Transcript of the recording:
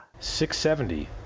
670